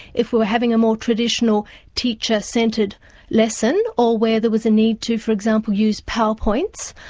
if we were having a more traditional teacher-centred lesson, or where there was a need to, for example, use power points.